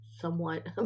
somewhat